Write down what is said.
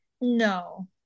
no